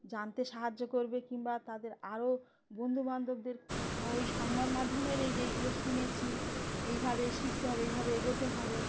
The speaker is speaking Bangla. জানতে সাহায্য করবে কিংবা তাদের আরও বন্ধুবান্ধবদের ওই সংবাদ মাধ্যমের এই যে এইগুলো শুনেছি এইভাবে শিখতে হবে এইভাবে এগোতে হবে